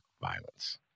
violence